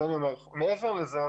מעבר לזה,